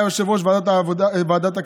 יושב-ראש ועדת הכספים